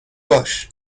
باش